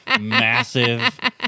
massive